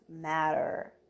matter